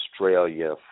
Australia